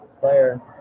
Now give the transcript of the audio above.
player